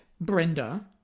Brenda